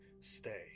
Stay